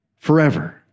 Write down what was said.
Forever